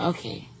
Okay